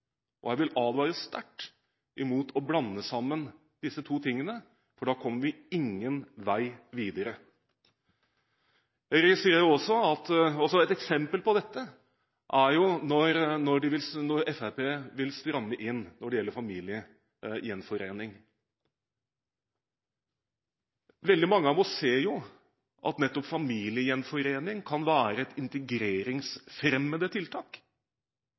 og jeg vil advare sterkt imot å blande sammen disse to tingene, for da kommer vi ingen vei videre. Et eksempel på dette er når Fremskrittspartiet vil stramme inn på familiegjenforeninger. Veldig mange av oss ser jo at nettopp familiegjenforening kan være et integreringsfremmende tiltak.